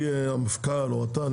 המפכ"ל או אתה,